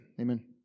amen